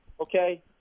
okay